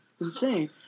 insane